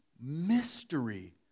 mystery